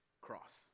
cross